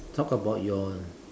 talk about your